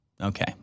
Okay